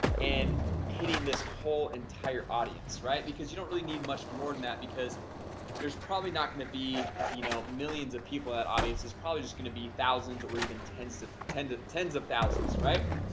and hitting this whole entire audience right because you don't really need much more than that because there's probably not going to be you know millions of people that audience is probably just gonna be thousands or even tens to tens of tens of thousands, right?